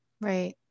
right